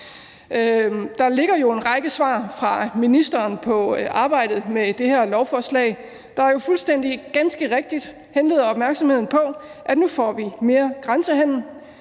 Der ligger jo en lang række svar fra ministeren på arbejdet med det her lovforslag, der fuldstændig ganske rigtigt henleder opmærksomheden på, at nu får vi mere grænsehandel.